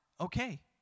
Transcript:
Okay